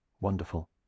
wonderful